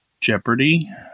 Jeopardy